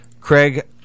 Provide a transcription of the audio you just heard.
Craig